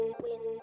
win